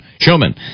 showman